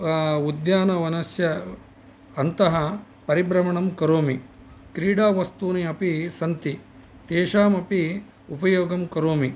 उद्यानवनस्य अन्तः परिभ्रमणं करोमि क्रीडावस्तूनि अपि सन्ति तेषाम् अपि उपयोगं करोमि